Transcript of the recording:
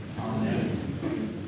Amen